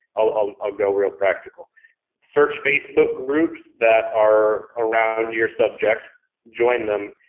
i'll um i'll go real practical search facebook groups that are around your subject. join them.